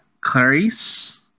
clarice